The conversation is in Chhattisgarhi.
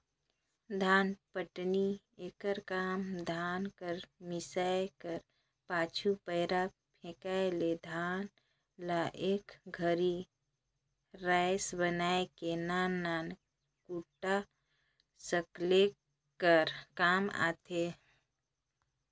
धानपटनी एकर काम धान कर मिसाए कर पाछू, पैरा फेकाए ले धान ल एक घरी राएस बनाए के नान नान कूढ़ा सकेले कर काम आथे